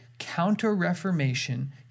counter-reformation